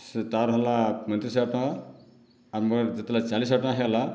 ସେ ତା'ର ହେଲା ପଇଁତିରିଶି ହଜାର ଟଙ୍କା ଆଉ ମୋ'ର ଯେତେବେଳେ ଚାଲିଶ ହଜାର ଟଙ୍କା ହୋଇଗଲା